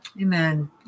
Amen